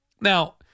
Now